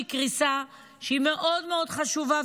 שהיא קריסה מאוד חשובה,